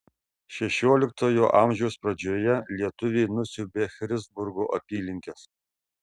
šešioliktojo amžiaus pradžioje lietuviai nusiaubė christburgo apylinkes